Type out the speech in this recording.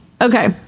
Okay